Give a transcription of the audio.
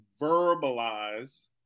verbalize